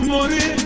Money